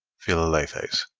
philalethes.